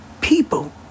people